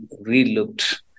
re-looked